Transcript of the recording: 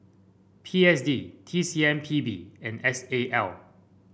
P S D T C M P B and S A L